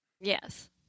Yes